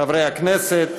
חברי הכנסת,